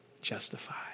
justified